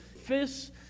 fists